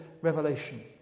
revelation